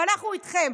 ואנחנו איתכם.